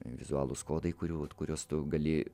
vizualūs kodai kurių kuriuos tu gali